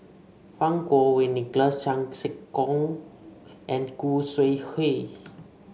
Fang Kuo Wei Nicholas Chan Sek Keong and Khoo Sui Hoe